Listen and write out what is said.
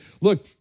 Look